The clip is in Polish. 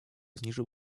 zniżył